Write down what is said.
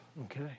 okay